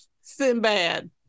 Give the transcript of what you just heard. Sinbad